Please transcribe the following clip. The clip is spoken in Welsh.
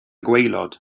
gwaelod